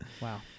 Wow